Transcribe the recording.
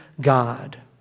God